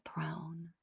throne